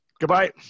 Goodbye